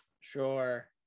Sure